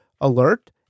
alert